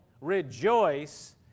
rejoice